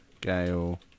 Gale